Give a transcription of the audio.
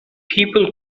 people